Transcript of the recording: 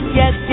yes